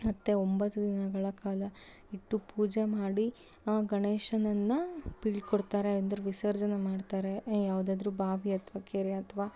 ಮತ್ತು ಒಂಬತ್ತು ದಿನಗಳ ಕಾಲ ಇಟ್ಟು ಪೂಜೆ ಮಾಡಿ ಆ ಗಣೇಶನನ್ನು ಬೀಳ್ಕೊಡ್ತಾರೆ ಅಂದರೆ ವಿಸರ್ಜನೆ ಮಾಡ್ತಾರೆ ಯಾವುದಾದ್ರು ಬಾವಿ ಅಥವಾ ಕೆರೆ ಅಥವಾ